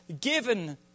given